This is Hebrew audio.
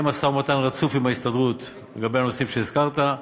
משא-ומתן רצוף עם ההסתדרות לגבי הנושאים שהזכרת.